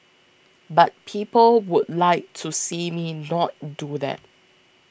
but people would like to see me not do that